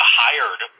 hired